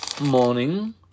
morning